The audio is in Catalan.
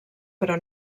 però